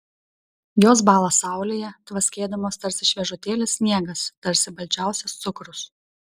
jos bąla saulėje tvaskėdamos tarsi šviežutėlis sniegas tarsi balčiausias cukrus